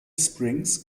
springs